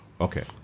Okay